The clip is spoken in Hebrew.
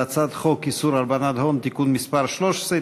הצעת חוק איסור הלבנת הון (תיקון מס' 13),